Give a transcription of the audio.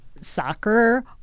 soccer